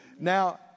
Now